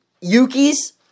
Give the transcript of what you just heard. Yuki's